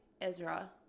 Ezra